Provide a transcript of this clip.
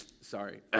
Sorry